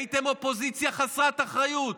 הייתם אופוזיציה חסרת אחריות,